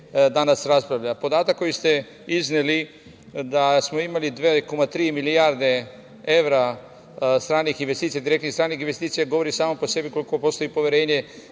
danas raspravlja. Podatak koji ste izneli da smo imali 2,3 milijarde evra stranih investicija, direktnih stranih investicija govori samo po sebi koliko postoji poverenje